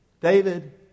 David